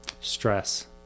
stress